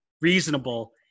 reasonable